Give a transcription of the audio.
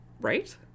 Right